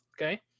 Okay